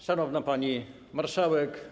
Szanowna Pani Marszałek!